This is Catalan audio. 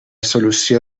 solució